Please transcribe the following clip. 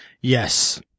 yes